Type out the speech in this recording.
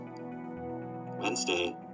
Wednesday